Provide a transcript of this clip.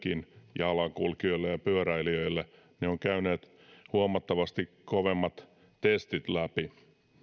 jalankulkijoille ja pyöräilijöille ne ovat käyneet huomattavasti kovemmat testit läpi